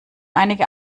einige